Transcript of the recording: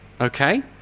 okay